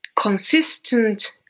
consistent